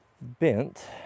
bent